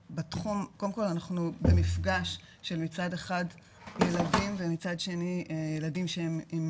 קודם כל אנחנו במפגש של מצד אחד ילדים ומצד שני ילדים שהם עם